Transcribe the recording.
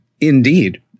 indeed